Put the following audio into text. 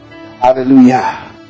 Hallelujah